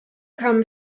kamen